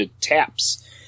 taps